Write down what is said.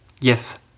Yes